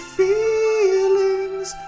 feelings